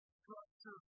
structure